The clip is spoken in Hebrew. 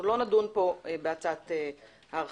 לא נדון פה בהצעת ההרחבה.